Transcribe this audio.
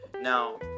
Now